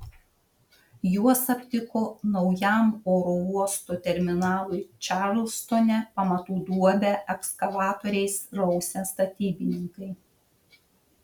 juos aptiko naujam oro uosto terminalui čarlstone pamatų duobę ekskavatoriais rausę statybininkai